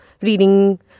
reading